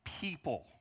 people